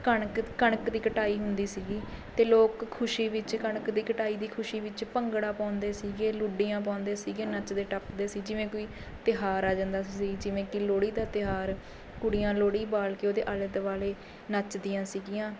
ਕਣਕ ਕਣਕ ਦੀ ਕਟਾਈ ਹੁੰਦੀ ਸੀਗੀ ਅਤੇ ਲੋਕ ਖੁਸ਼ੀ ਵਿੱਚ ਕਣਕ ਦੀ ਕਟਾਈ ਦੀ ਖੁਸ਼ੀ ਵਿੱਚ ਭੰਗੜਾ ਪਾਉਂਦੇ ਸੀਗੇ ਲੁੱਡੀਆਂ ਪਾਉਂਦੇ ਸੀਗੇ ਨੱਚਦੇ ਟੱਪਦੇ ਸੀ ਜਿਵੇਂ ਕੋਈ ਤਿਉਹਾਰ ਆ ਜਾਂਦਾ ਸੀ ਜਿਵੇਂ ਕਿ ਲੋਹੜੀ ਦਾ ਤਿਉਹਾਰ ਕੁੜੀਆਂ ਲੋਹੜੀ ਬਾਲ਼ ਕੇ ਉਹਦੇ ਆਲ਼ੇ ਦੁਆਲ਼ੇ ਨੱਚਦੀਆਂ ਸੀਗੀਆਂ